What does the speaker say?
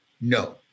No